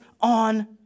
on